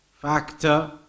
factor